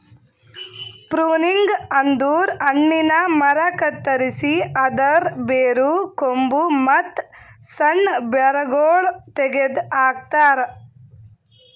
pruning ಅಂದುರ್ ಹಣ್ಣಿನ ಮರ ಕತ್ತರಸಿ ಅದರ್ ಬೇರು, ಕೊಂಬು, ಮತ್ತ್ ಸಣ್ಣ ಬೇರಗೊಳ್ ತೆಗೆದ ಹಾಕ್ತಾರ್